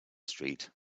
street